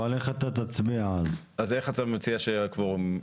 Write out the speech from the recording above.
איך אתה מציע שיהיה הקוורום?